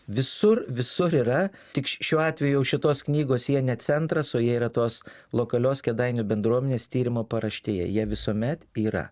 visur visur yra tik šiuo atveju jau šitos knygos jie ne centraso jie yra tos lokalios kėdainių bendruomenės tyrimo paraštėje jie visuomet yra